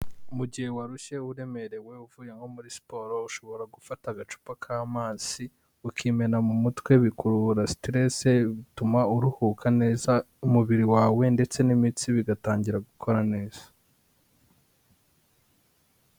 Mu gihe warushye, uremerewe uvuye nko muri siporo, ushobora gufata agacupa k'amazi ukimena mu mutwe bikuruhura sitiresi, bituma uruhuka neza, umubiri wawe ndetse n'imitsi bigatangira gukora neza.